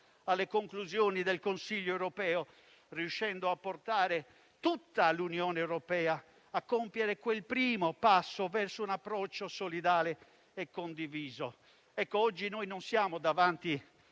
alle conclusioni del Consiglio europeo, riuscendo a portare tutta l'Unione europea a compiere quel primo passo verso un approccio solidale e condiviso. Oggi noi non siamo davanti